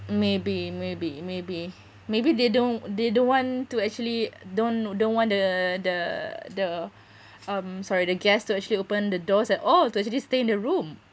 maybe maybe maybe maybe they don't they don't want to actually don't don't want the the the um sorry the guest to actually open the doors at all to actually stay in the room